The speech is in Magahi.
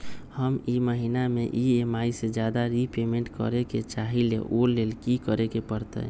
हम ई महिना में ई.एम.आई से ज्यादा रीपेमेंट करे के चाहईले ओ लेल की करे के परतई?